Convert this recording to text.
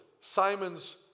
Simon's